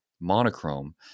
monochrome